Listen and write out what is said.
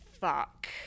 fuck